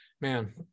man